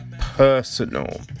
personal